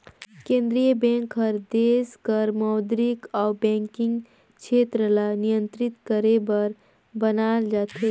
केंद्रीय बेंक हर देस कर मौद्रिक अउ बैंकिंग छेत्र ल नियंत्रित करे बर बनाल जाथे